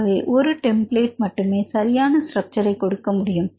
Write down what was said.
ஆகவே ஒரு டெம்பிளேட் மட்டுமே சரியான ஸ்ட்ரக்சர்ஐ கொடுக்க முடியும்